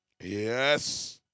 Yes